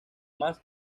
más